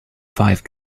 five